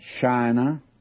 China